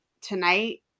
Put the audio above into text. tonight